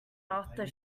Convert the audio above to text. after